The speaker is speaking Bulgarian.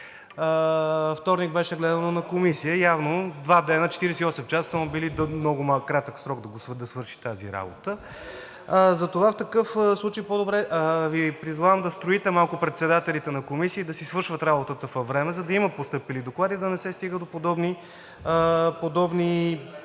вторник беше гледано на Комисия и явно два дни – 48 часа, са били много кратък срок да свърши тази работа. В такъв случай Ви призовавам да строите малко председателите на комисии да си свършат работата навреме, за да има постъпили доклади и да не се стига до подобно,